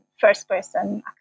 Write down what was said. first-person